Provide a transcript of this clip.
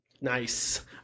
Nice